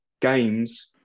games